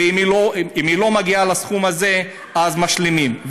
ואם היא לא מגיעה לסכום הזה, אז משלימים.